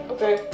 Okay